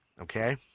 Okay